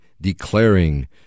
declaring